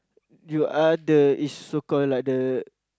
you are the is so called like the